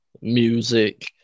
Music